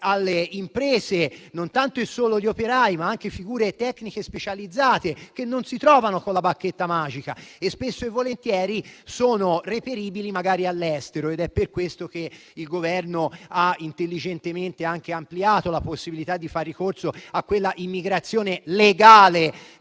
alle imprese non tanto e non solo gli operai, ma anche figure tecniche specializzate che non si trovano con la bacchetta magica, e spesso e volentieri sono reperibili all'estero. È per questo che il Governo ha intelligentemente ampliato la possibilità di far ricorso a quella immigrazione legale